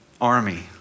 army